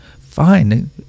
fine